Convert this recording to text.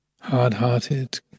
hard-hearted